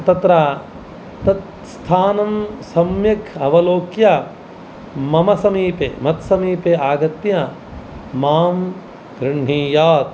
तत्र तत्स्थानं सम्यक् अवलोक्य मम समीपे मत्समीपे आगत्य मां गृण्हीयात्